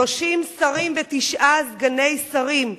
30 שרים ותשעה סגני שרים,